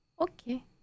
Okay